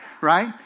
Right